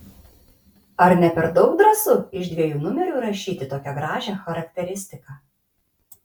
ar ne per daug drąsu iš dviejų numerių rašyti tokią gražią charakteristiką